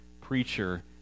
preacher